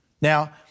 Now